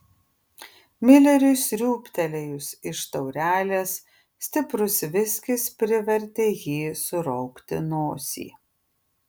mileriui sriūbtelėjus iš taurelės stiprus viskis privertė jį suraukti nosį